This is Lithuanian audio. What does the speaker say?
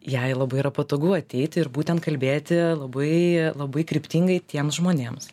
jai labai yra patogu ateiti ir būtent kalbėti labai labai kryptingai tiems žmonėms